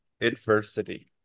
Adversity